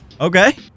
Okay